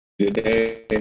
today